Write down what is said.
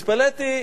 התפלאתי,